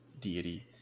deity